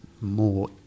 more